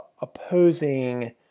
opposing